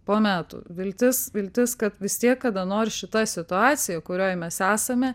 po metų viltis viltis kad vis tiek kada nors šita situacija kurioj mes esame